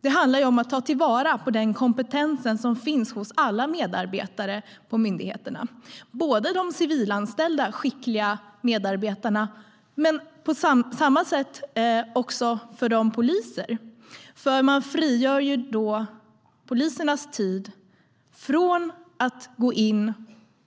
Det handlar om att ta vara på den kompetens som finns hos alla medarbetare på myndigheterna - inte bara hos de civilanställda, skickliga medarbetarna utan också hos poliserna. Man frigör nämligen polisernas tid; i stället för att gå in